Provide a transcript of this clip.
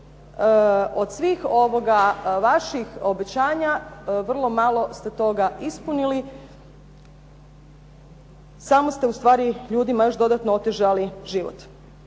od svih vaših obećanja vrlo malo ste toga ispunili, samo ste ustvari ljudima još dodatno otežali život.